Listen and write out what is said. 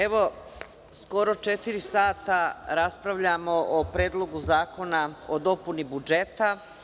Evo, skoro četiri sata raspravljamo o Predlogu zakona o dopuni budžeta.